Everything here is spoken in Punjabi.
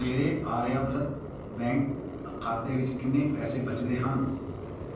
ਮੇਰੇ ਆਰਿਆਵਰਤ ਬੈਂਕ ਖਾਤੇ ਵਿੱਚ ਕਿੰਨੇ ਪੈਸੇ ਬਚਦੇ ਹਨ